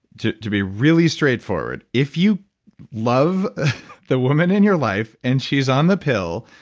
to to be really straightforward. if you love the woman in your life, and she's on the pill,